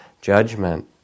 judgment